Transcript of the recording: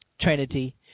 Trinity